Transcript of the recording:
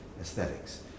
aesthetics